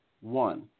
one